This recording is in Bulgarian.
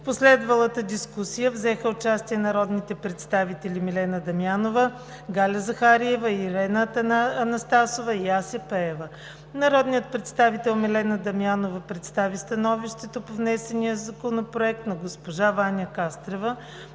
В последвалата дискусия взеха участие народните представители Милена Дамянова, Галя Захариева, Ирена Анастасова и Ася Пеева. Народният представител Милена Дамянова представи становището по внесения Законопроект на госпожа Ваня Кастрева